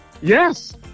Yes